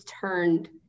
turned